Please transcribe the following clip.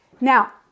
Now